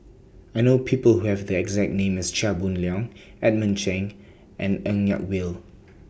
I know People Who Have The exact name as Chia Boon Leong Edmund Cheng and Ng Yak Whee